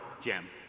gem